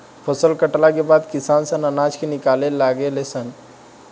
फसल कटला के बाद किसान सन अनाज के निकाले लागे ले सन